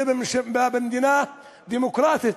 זה במדינה דמוקרטית.